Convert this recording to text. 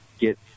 get